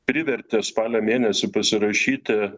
privertė spalio mėnesį pasirašyti